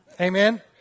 Amen